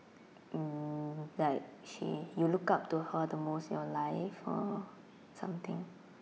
mm like she you look up to her the most in your life or something